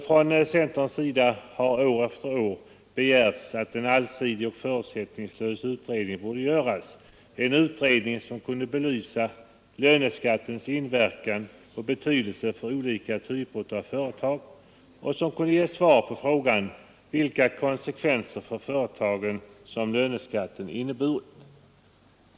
Från centerns sida har år efter år framhållits att en allsidig och förutsättningslös utredning borde göras, en utredning som kunde belysa löneskattens inverkan och betydelse för olika typer av företag och som kunde ge svar på frågan vilka konsekvenser löneskatten inneburit för företagen.